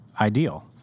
Ideal